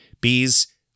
bees